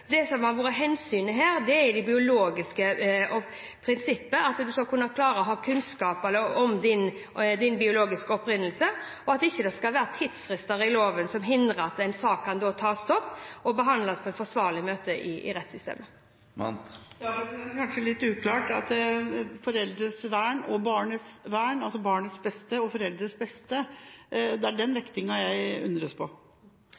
Det som har vært hensynet her, er det biologiske prinsippet, at en skal kunne ha kunnskap om sin biologiske opprinnelse, og at det ikke skal være tidsfrister i loven som hindrer at en sak kan tas opp og behandles på en forsvarlig måte i rettssystemet. Det er kanskje litt uklart når jeg sier foreldres vern og barnets vern, det er altså vektingen mellom barnets beste og foreldrenes beste jeg undres på.